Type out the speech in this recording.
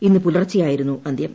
ഇന്ന് പുലർച്ചെയായിരുന്നു അന്ത്യം